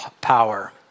power